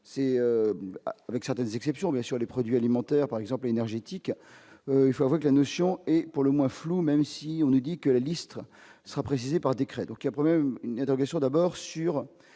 c'est avec certaines exceptions bien sur les produits alimentaires par exemple énergétique, il faut avoir la notion est pour le moins floue, même si on nous dit que la liste sera précisé par décret d'aucun problème d'abord sur